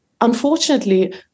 unfortunately